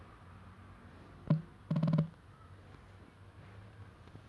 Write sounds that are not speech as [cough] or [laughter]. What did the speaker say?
[breath] oh ya I saw your Instagram it was like had a had a link music right